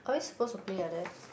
are we suppose to play like that